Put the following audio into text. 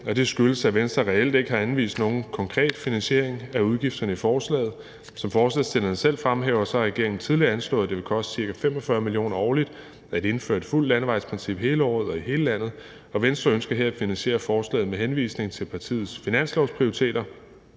og det skyldes, at Venstre reelt ikke har anvist nogen konkret finansiering af udgifterne i forslaget. Som forslagsstillerne selv fremhæver, har regeringen tidligere anslået, at det vil koste ca. 45 mio. kr. årligt at indføre et fuldt landevejsprincip hele året og i hele landet, og Venstre ønsker her at finansiere forslaget med henvisning til partiets finanslovsprioriteringer